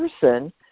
person